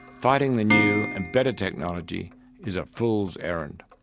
fighting the new and but technology is a fool's errand.